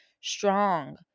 strong